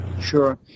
sure